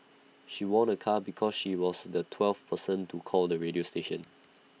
she won A car because she was the twelfth person to call the radio station